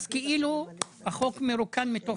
אז כאילו החוק מרוקן מתוכן,